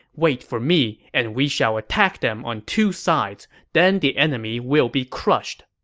wait for me and we shall attack them on two sides, then the enemy will be crushed.